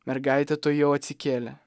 mergaitė tuojau atsikėlė